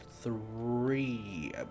three